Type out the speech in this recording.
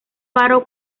faro